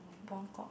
Buangkok